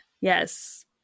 yes